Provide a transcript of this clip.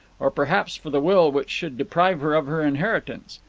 or perhaps for the will which should deprive her of her inheritance.